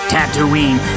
Tatooine